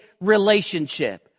relationship